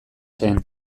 zen